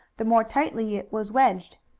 the more tightly it was wedged.